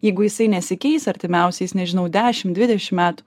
jeigu jisai nesikeis artimiausiais nežinau dešim dvidešim met